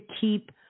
keep